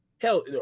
Hell